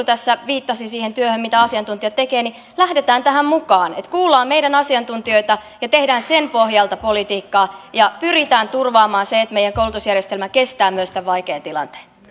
tässä viittasi siihen työhön mitä asiantuntijat tekevät että lähdetään tähän mukaan kuullaan meidän asiantuntijoita ja tehdään sen pohjalta politiikkaa ja pyritään turvaamaan se että meidän koulutusjärjestelmä kestää myös tämän vaikean tilanteen